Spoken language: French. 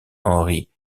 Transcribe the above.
henry